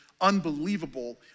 unbelievable